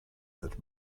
that